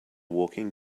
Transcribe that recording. walking